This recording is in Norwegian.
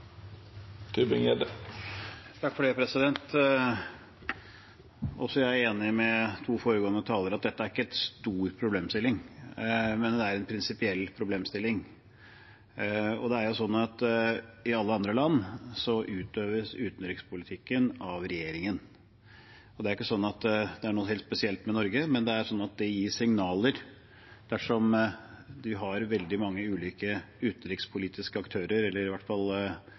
er enig med de foregående talerne i at dette ikke er en stor problemstilling. Men det er en prinsipiell problemstilling. I alle andre land utøves utenrikspolitikken av regjeringen. Det er ikke sånn at det er noe helt spesielt med Norge, men det gir signaler dersom vi har veldig mange ulike utenrikspolitiske aktører, eller i hvert fall